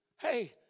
hey